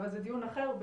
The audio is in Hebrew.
אבל זה דיון אחר,